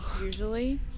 Usually